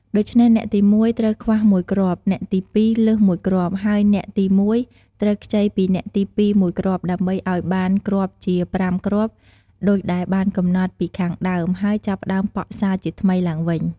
ដូច្នេះអ្នកទី១ ត្រូវខ្វះ ១ គ្រាប់ អ្នកទី២ លើស ១ គ្រាប់ ហើយអ្នកទី១ ត្រូវខ្ចីពីអ្នកទី២ មួយគ្រាប់ ដើម្បីឲ្យបានគ្រប់ជា ៥គ្រាប់ ដូចដែលបានកំណត់ពីខាងដើម ហើយចាប់ផ្តើមប៉ក់សាជាថ្មីឡើងវិញ។